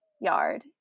yard